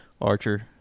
Archer